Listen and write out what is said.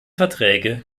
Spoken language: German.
verträge